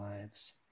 lives